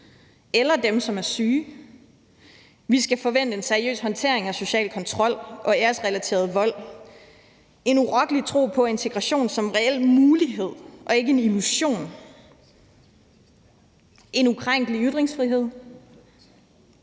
eller dem, som er syge. Vi skal forvente en seriøs håndtering af social kontrol og æresrelateret vold, en urokkelig tro på integration som en reel mulighed og ikke en illusion, en ukrænkelig ytringsfrihed,